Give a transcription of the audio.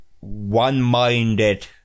one-minded